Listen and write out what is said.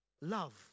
love